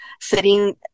sitting